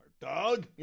Doug